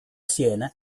siena